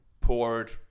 poured